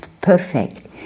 perfect